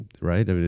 right